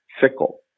fickle